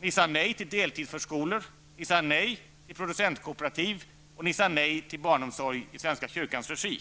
ni sade nej till deltidsförskolor, ni sade nej till producentkooperativ och ni sade nej till barnomsorg i svenska kyrkans regi.